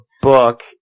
book